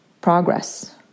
progress